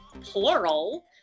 plural